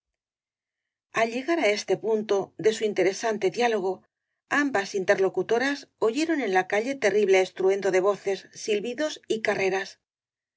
al llegar á este punto de su interesante diálogo ambas interlocutoras oyeron en la calle ten ble es truendo de voces silbidos y carreias